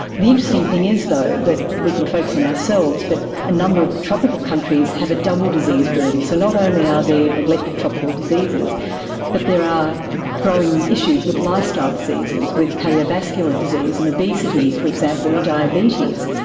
the interesting thing is though that we can focus on ourselves but a number of tropical countries have a double disease burden. so not only are there neglected tropical diseases but there are growing issues with lifestyle diseases, with cardiovascular disease and obesity, for example, and diabetes,